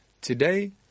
Today